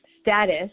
status